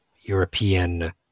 European